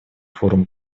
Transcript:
форум